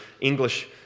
English